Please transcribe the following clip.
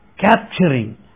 capturing